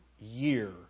year